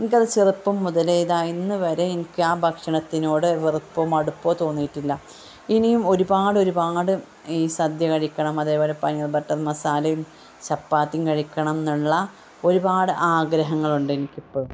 എനിക്ക് അത് ചെറുപ്പം മുതലെ ഇതാ ഇന്ന് വരെ എനിക്ക് ആ ഭക്ഷണത്തിനോട് വെറുപ്പോ മടുപ്പോ തോന്നിയിട്ടില്ല ഇനിയും ഒരുപാട് ഒരുപാട് ഈ സദ്യ കഴിക്കണം അതേപോലെ പനീർ ബട്ടർ മസാലയും ചപ്പാത്തിയും കഴിക്കണം എന്നുള്ള ഒരുപാട് ആഗ്രഹങ്ങളുണ്ട് എനിക്ക് ഇപ്പോഴും